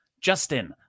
Justin